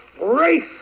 race